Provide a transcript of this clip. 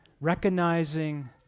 recognizing